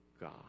God